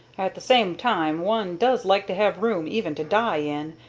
at the same time, one does like to have room even to die in,